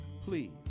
Please